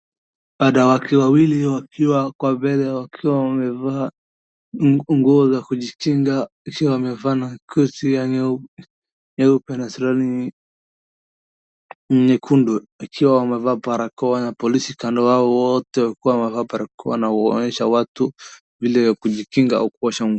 Wanawake wawili wakiwa hapa mbele akiwa wamevaa nguo za kujikinga wakiwa wamevaa koti ya nyeupe na suruali nyekundu wakiwa wamevaa barakoa na polisi kando hao wote wakiwa wamevaa barakoa na wanaonyesha watu vile ya kujikinga na kuosha mikono.